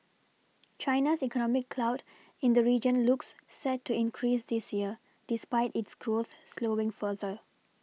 China's economic clout in the region looks set to increase this year despite its growth slowing further